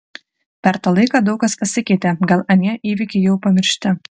per tą laiką daug kas pasikeitė gal anie įvykiai jau pamiršti